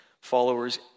followers